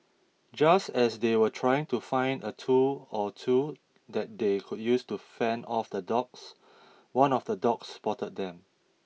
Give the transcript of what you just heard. just as they were trying to find a tool or two that they could use to fend off the dogs one of the dogs spotted them